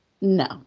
no